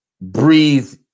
breathe